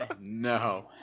No